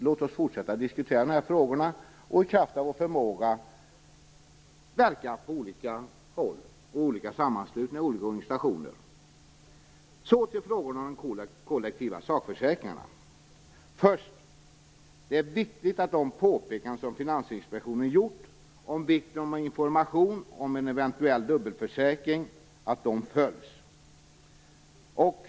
Låt oss fortsätta att diskutera de här frågorna och i kraft av vår förmåga verka på olika håll och i olika sammanslutningar och organisationer. Nu skall jag gå över till att tala om frågorna om de kollektiva sakförsäkringarna. Först och främst är det viktigt att de påpekanden som Finansinspektionen gjort om vikten av information om eventuell dubbelförsäkring följs.